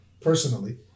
personally